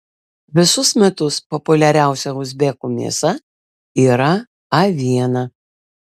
visus metus populiariausia uzbekų mėsa yra aviena